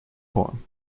poem